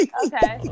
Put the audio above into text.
okay